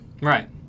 Right